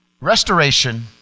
Restoration